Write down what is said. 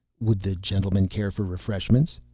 would the gentlemen care for refreshments?